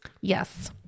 yes